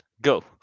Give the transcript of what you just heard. go